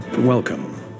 Welcome